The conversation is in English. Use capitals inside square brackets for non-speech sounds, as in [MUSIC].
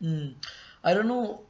mm [BREATH] I don't know